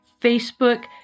Facebook